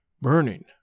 burning